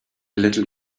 little